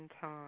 time